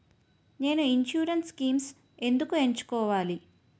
నేను insurance schemes ఎందుకు ఎంచుకోవాలి?